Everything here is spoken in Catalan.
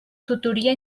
tutoria